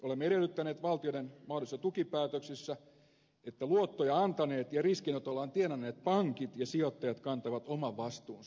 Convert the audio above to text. olemme edellyttäneet valtioiden mahdollisissa tukipäätöksissä että luottoja antaneet ja riskinotollaan tienanneet pankit ja sijoittajat kantavat oman vastuunsa